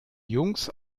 jungs